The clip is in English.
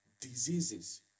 diseases